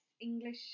English